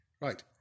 Right